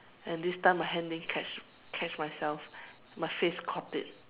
and this time my hand didn't catch catch myself my face caught it